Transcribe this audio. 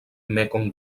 mekong